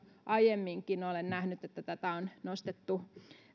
aiemminkin olen nähnyt että tätä on nostettu